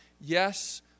yes